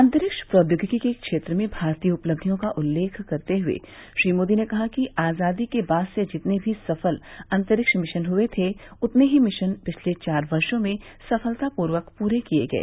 अंतरिक्ष प्रौद्योगिकी के क्षेत्र में भारतीय उपलब्धियों का उल्लेख करते हुए श्री मोदी ने कहा कि आजादी के बाद से जितने भी सफल अंतरिक्ष मिशन हुए थे उतने ही मिशन पिछले चार वर्षो में सफलतापूर्वक पूरे किए गए